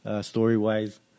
story-wise